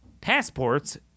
passports